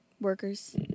workers